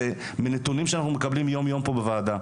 זה מנתונים שאנחנו מקבלים יום יום בוועדה.